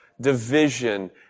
division